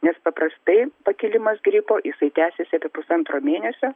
nes paprastai pakilimas gripo jisai tęsiasi apie pusantro mėnesio